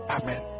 Amen